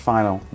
Final